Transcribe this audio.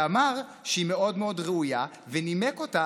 ואמר שהיא מאוד מאוד ראויה, ונימק אותה.